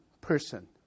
person